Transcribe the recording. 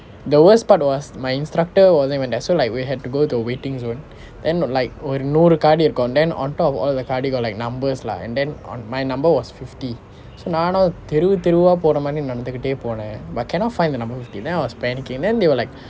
the worst part was my instructor wasn't even there so like we had to go the waiting zone then like ஒரு நூறு காடி இருக்கும்:oru nooru kaadi irukkum then on top of all the car they got like numbers lah and then on my number was fifty so நானும் தெரு தெருவா போற மாதிரி நடந்துகிட்டே போனேன்:naanum theru theruvaa pora maathiir nadanthukitte ponen but cannot find the number fifty then I was panicking then they were like